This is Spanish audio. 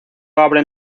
abren